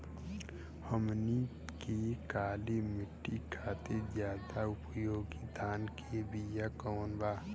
हमनी के काली माटी खातिर ज्यादा उपयोगी धान के बिया कवन बा?